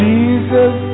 Jesus